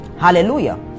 hallelujah